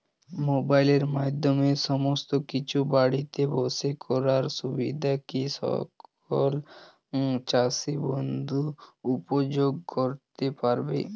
মোবাইলের মাধ্যমে সমস্ত কিছু বাড়িতে বসে করার সুবিধা কি সকল চাষী বন্ধু উপভোগ করতে পারছে?